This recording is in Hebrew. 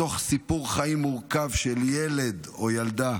בתוך סיפור חיים מורכב של ילד או ילדה,